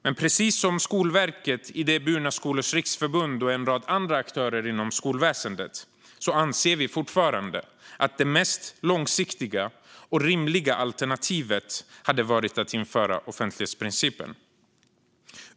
Men precis som Skolverket, Idéburna skolors riksförbund och en rad andra aktörer inom skolväsendet anser vi fortfarande att det mest långsiktiga och rimliga alternativet hade varit att införa offentlighetsprincipen.